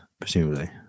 presumably